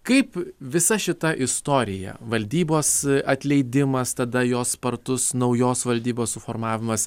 kaip visa šita istorija valdybos atleidimas tada jos spartus naujos valdybos suformavimas